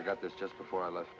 i got this just before i left